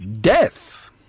Death